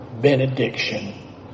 benediction